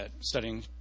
studying